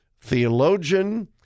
theologian